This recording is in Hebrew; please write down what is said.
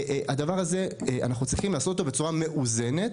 ולכן את הדבר הזה אנחנו צריכים לעשות בצורה מאוזנת,